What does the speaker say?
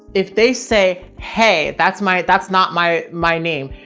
if they say, hey, that's my, that's not my my name.